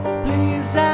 Please